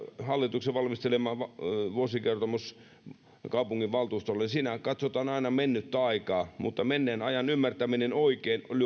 hallituksen valmistelema vuosikertomus tapahtuneesta kaupunginvaltuustolle katsotaan aina mennyttä aikaa mutta menneen ajan ymmärtäminen oikein